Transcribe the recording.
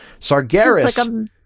Sargeras-